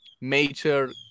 major